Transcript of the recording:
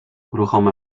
ruchome